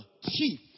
chief